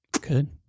Good